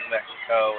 Mexico